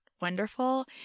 wonderful